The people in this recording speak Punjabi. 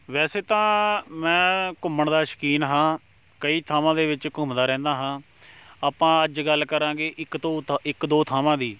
ਵੈਸੇ ਤਾਂ ਮੈਂ ਘੁੰਮਣ ਦਾ ਸ਼ੌਕੀਨ ਹਾਂ ਕਈ ਥਾਵਾਂ ਦੇ ਵਿੱਚ ਘੁੰਮਦਾ ਰਹਿੰਦਾ ਹਾਂ ਆਪਾਂ ਅੱਜ ਗੱਲ ਕਰਾਂਗੇ ਇੱਕ ਤੋ ਇੱਕ ਦੋ ਥਾਵਾਂ ਦੀ